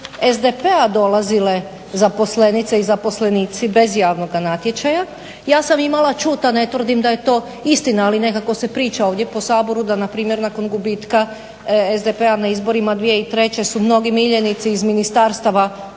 SDP-a dolazile zaposlenice i zaposlenici bez javnoga natječaja. Ja sam imala čuti, a ne tvrdim da je to istina ali nekako se priča ovdje po Saboru da npr. nakon gubitka SDP-a na izborima 2003. su mnogi miljenici iz ministarstava